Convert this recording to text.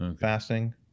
fasting